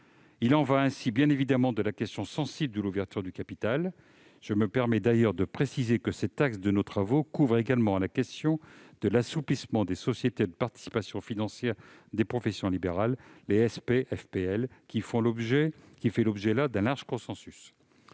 Il en va ainsi, bien évidemment, de la question sensible de l'ouverture du capital. Je me permets d'ailleurs de préciser que cet axe de nos travaux couvre également la question de l'assouplissement du régime des sociétés de participations financières de professions libérales (SPFPL), qui fait l'objet d'un large consensus.